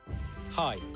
Hi